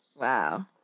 Wow